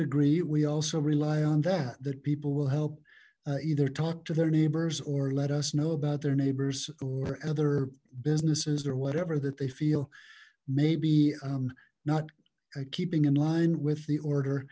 degree we also rely on that that people will help either talk to their neighbors or let us know about their neighbors or other businesses or whatever that they feel may be not keeping in line with the order